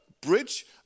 bridge